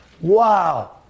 Wow